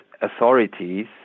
authorities